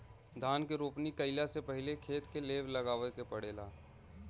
धान के रोपनी कइला से पहिले खेत के लेव लगावे के पड़ेला